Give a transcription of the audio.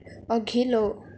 अघिल्लो